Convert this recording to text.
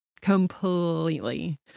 completely